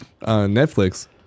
Netflix